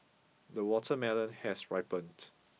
the watermelon has ripened